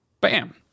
Bam